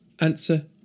Answer